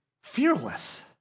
fearless